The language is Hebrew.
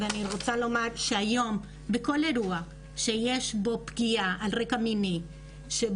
ואני רוצה לומר שהיום בכל אירוע שיש בו פגיעה על רקע מיני ושבו